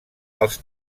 als